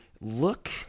look